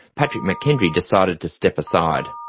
patrick mckendry decided to step aside.